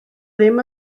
ddim